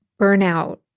burnout